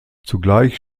zugleich